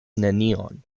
nenion